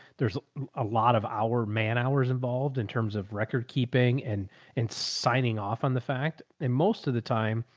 there's a lot of our man hours involved in terms of record keeping and and signing off on the fact. and most of the time,